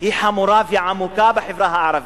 היא חמורה ועמוקה בחברה הערבית,